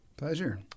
pleasure